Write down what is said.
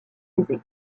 aisée